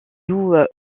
louent